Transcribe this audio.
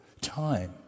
time